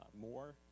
more